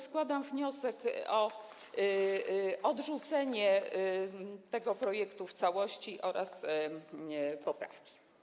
Składam wniosek o odrzucenie tego projektu w całości oraz poprawki.